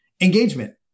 Engagement